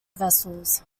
vessels